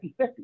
50-50